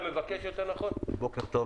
בוקר טוב.